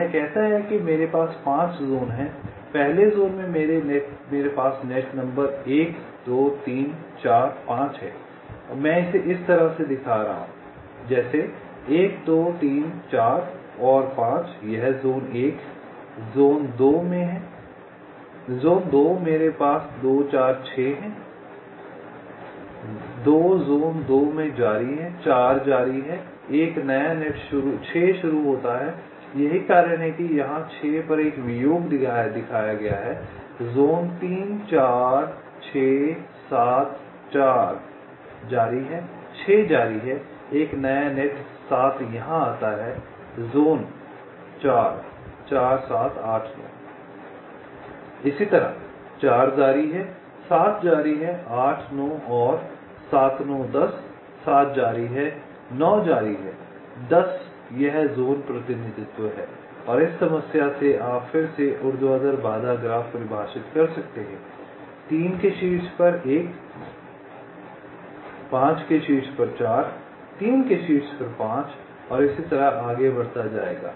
यह कहता है कि मेरे पास 5 ज़ोन हैं पहले ज़ोन में मेरे पास नेट नंबर 1 2 3 4 5 है मैं इसे इस तरह दिखा रहा हूँ जैसे 1 2 3 4 और 5 यह जोन 1 ज़ोन 2 में है ज़ोन 2 मेरे पास 2 4 6 है 2 ज़ोन 2 में जारी है 4 जारी है और एक नया नेट 6 शुरू होता है यही कारण है कि यहाँ 6 पर एक वियोग दिखाया गया है ज़ोन 3 4 6 7 4 जारी है 6 जारी है और एक नया नेट 7 यहाँ आता है जोन 4 4 7 8 9 इसी तरह 4 जारी है 7 जारी है 8 9 और 7 9 10 7 जारी है 9 जारी है 10 यह ज़ोन प्रतिनिधित्व है और इस समस्या से आप फिर से ऊर्ध्वाधर बाधा ग्राफ परिभाषित कर सकते हैं 3 के शीर्ष पर 1 5 के शीर्ष पर 4 3 के शीर्ष पर 5 और इसी तरह आगे बढ़ता जायेगा